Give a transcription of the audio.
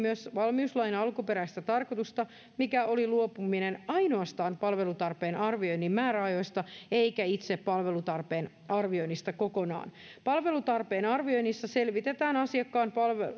myös valmiuslain alkuperäistä tarkoitusta mikä oli luopuminen ainoastaan palvelutarpeen arvioinnin määräajoista eikä itse palvelutarpeen arvioinnista kokonaan palvelutarpeen arvioinnissa selvitetään asiakkaan